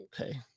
Okay